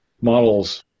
models